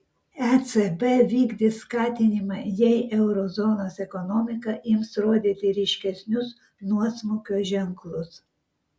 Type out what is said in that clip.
ecb vykdys skatinimą jei euro zonos ekonomika ims rodyti ryškesnius nuosmukio ženklus